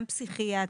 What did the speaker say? גם פסיכיאטר,